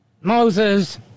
Moses